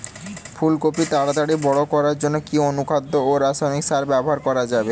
ফুল কপি তাড়াতাড়ি বড় করার জন্য কি অনুখাদ্য ও রাসায়নিক সার ব্যবহার করা যাবে?